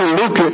look